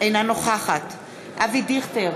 אינה נוכחת אבי דיכטר,